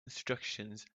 instructions